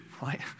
right